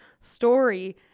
story